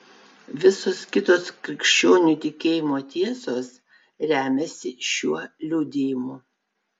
visos kitos krikščionių tikėjimo tiesos remiasi šiuo liudijimu